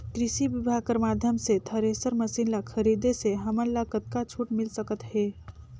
कृषि विभाग कर माध्यम से थरेसर मशीन ला खरीदे से हमन ला कतका छूट मिल सकत हे?